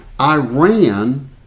Iran